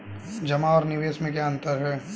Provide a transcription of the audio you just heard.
जमा और निवेश में क्या अंतर है?